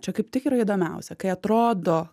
čia kaip tik yra įdomiausia kai atrodo